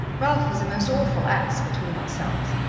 ralph was a most awful ass, between ourselves,